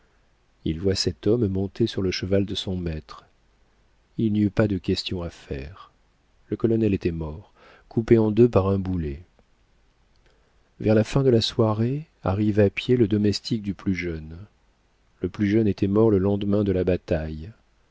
il voit cet homme monté sur le cheval de son maître il n'y eut pas de question à faire le colonel était mort coupé en deux par un boulet vers la fin de la soirée arrive à pied le domestique du plus jeune le plus jeune était mort le lendemain de la bataille